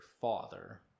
father